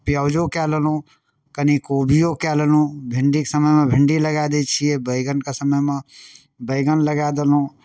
प्याजो कए लेलहुँ कनि कोबिओ कए लेलहुँ भिंडीके समयमे भिंडी लगाए दै छियै बैगनके समयमे बैगन लगाए देलहुँ